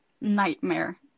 nightmare